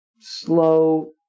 slow